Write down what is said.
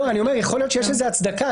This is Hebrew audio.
אני אומר שיכול להיות שיש לזה הצדקה,